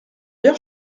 bien